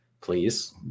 please